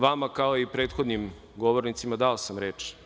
Vama, kao i prethodnim govornicima, dao sam reč.